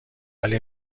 ولی